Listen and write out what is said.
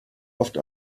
oft